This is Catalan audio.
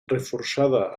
reforçada